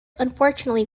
unfortunately